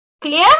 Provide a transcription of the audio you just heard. clear